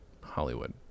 Hollywood